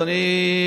אדוני,